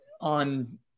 on